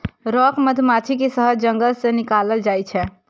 rock मधुमाछी के शहद जंगल सं निकालल जाइ छै